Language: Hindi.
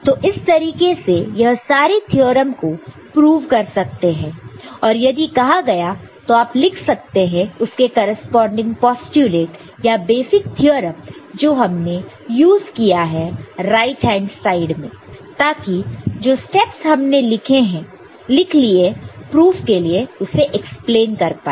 तो इस तरीके से यह सारे थ्योरम को प्रूव कर सकते हैं और यदि कहा गया तो आप लिख सकते हैं उसके करेस्पॉन्डिंग पोस्टयूलेट या फिर बेसिक थ्योरम जो हमने यूज़ किया है राइट हैंड साइड में ताकि जो स्टेप्स हमने लिए प्रूफ के लिए उसे एक्सप्लेन कर पाए